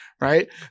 right